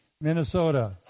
Minnesota